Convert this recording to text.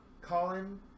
Colin